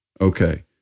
Okay